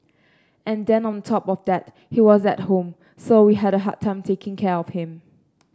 and then on top of that he was at home so we had a hard time taking care of him